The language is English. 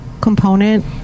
component